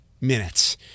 minutes